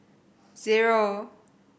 zero